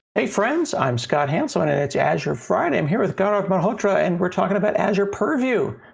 hey friends, i'm scott hanselman and it's azure friday. i'm here with gaurav malhotra and we're talking about azure purview.